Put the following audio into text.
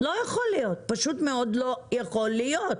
זה פשוט מאוד לא יכול להיות.